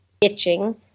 itching